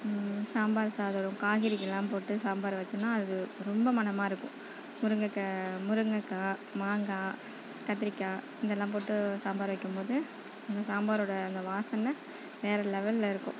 சாம்பார் சாதம் காய்கறிகள்லாம் போட்டு சாம்பார் வைச்சம்னா அது ரொம்ப மணமாக இருக்கும் முருங்கக்காய் முருங்கக்காய் மாங்காய் கத்திரிக்காய் இதெல்லாம் போட்டு சாம்பார் வைக்கும் போது அந்த சாம்பாரோட அந்த வாசனை வேறே லெவலில் இருக்கும்